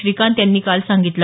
श्रीकांत यांनी काल सांगितलं